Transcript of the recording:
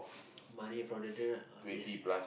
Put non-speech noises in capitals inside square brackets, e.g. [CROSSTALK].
[NOISE] money down the drain orh this